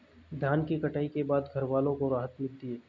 धान की कटाई के बाद घरवालों को राहत मिलती है